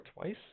twice